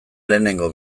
lehenengo